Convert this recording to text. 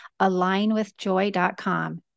alignwithjoy.com